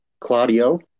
Claudio